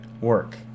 work